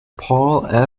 paul